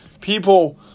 People